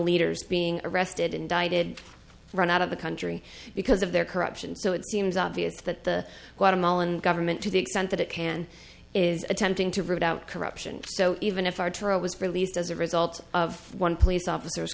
leaders being arrested indicted run out of the country because of their corruption so it seems obvious that the watermelon government to the extent that it can is attempting to root out corruption so even if arturo was released as a result of one police officers